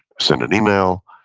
send an email,